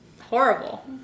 horrible